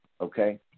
Okay